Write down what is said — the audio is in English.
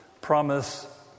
Promise